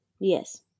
yes